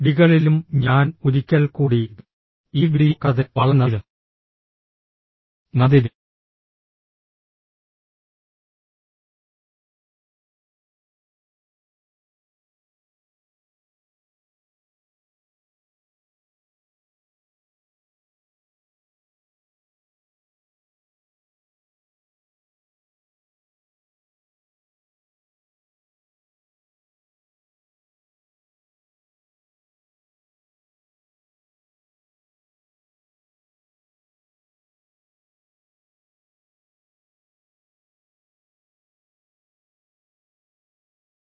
ഡികളിലും ഞാൻ ഒരിക്കൽ കൂടി നിങ്ങൾക്ക് വിജയം ആശംസിക്കുന്നു നിങ്ങൾക്ക് എല്ലാ ആശംസകളും നേരുന്നു ഈ വീഡിയോ കണ്ടതിന് വളരെ നന്ദി